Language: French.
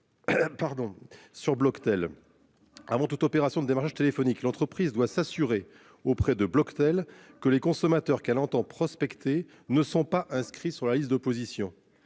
Avant toute opération de démarchage téléphonique. L'entreprise doit s'assurer auprès de Bloctel que les consommateurs qu'elle entend prospecter ne sont pas inscrits sur la liste d'opposition.